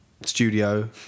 studio